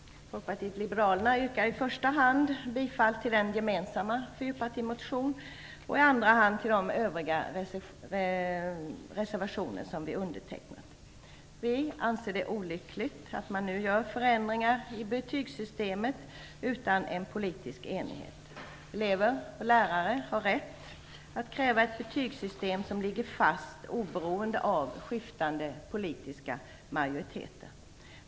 Fru talman! Folkpartiet liberalerna yrkar i första hand bifall till fyrpartireservationen och i andra hand till de övriga reservationer som vi undertecknat. Vi anser det olyckligt att man nu gör förändringar i betygssystemet utan en bred politisk enighet. Elever och lärare har rätt att kräva ett betygssystem som ligger fast oberoende av skiftande politiska majoriteter.